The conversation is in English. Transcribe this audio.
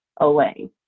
away